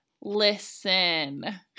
listen